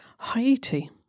Haiti